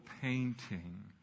painting